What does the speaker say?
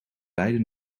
beide